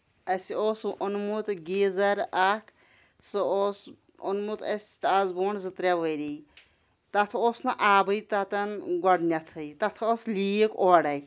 اَسہِ اوس اوٚنمُت گیٖزر اکھ سُہ اوس اوٚنمُت اَسہِ آز برونٹھ زٕ ترٛےٚ ؤری تَتھ اوس نہٕ آبٕے تَتن گۄڈٕنیتھٕے تَتھ اوس لیٖک اورے